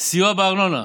סיוע בארנונה,